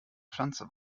pflanze